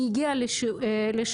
היא הגיעה לשיעור,